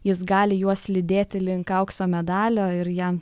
jis gali juos lydėti link aukso medalio ir jam